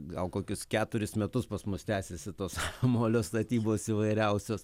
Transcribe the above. gal kokius keturis metus pas mus tęsiasi tos molio statybos įvairiausios